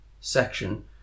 section